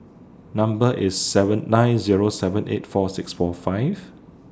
Number IS seven nine Zero seven eight four six four five